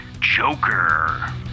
Joker